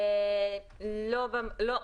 כי באמת ככל שתהיה הקפדה על המסכות אז אנחנו --- לא,